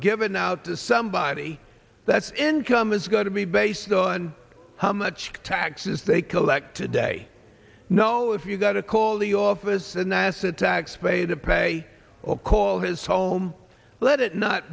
given out the somebody that's income is going to be based on how much taxes they collect today no if you got to call the office a nasa taxpayer to pay or call his home let it not